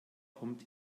kommt